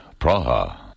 Praha